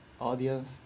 audience